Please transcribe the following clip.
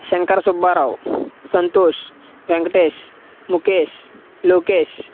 Shankar Subbarao Santosh Venkatesh Mukesh Lokesh